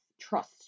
trust